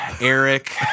Eric